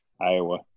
Iowa